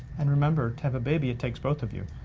and remember, to have a baby it takes both of you.